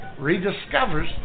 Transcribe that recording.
rediscovers